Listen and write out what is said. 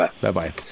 Bye-bye